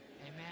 amen